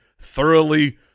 thoroughly